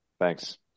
Thanks